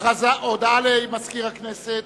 הודעה למזכיר הכנסת.